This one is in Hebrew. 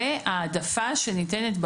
וההעדפה שניתנת,